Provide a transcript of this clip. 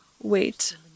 wait